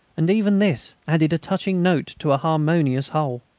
and even this added a touching note to a harmonious whole.